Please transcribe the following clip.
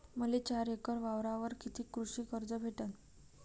मले चार एकर वावरावर कितीक कृषी कर्ज भेटन?